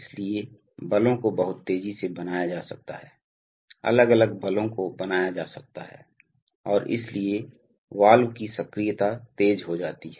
इसलिए बलों को बहुत तेजी से बनाया जा सकता है अलग अलग बलों को बनाया जा सकता है और इसलिए वाल्व की सक्रियता तेज हो जाती है